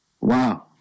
Wow